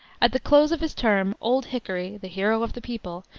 at the close of his term old hickory, the hero of the people,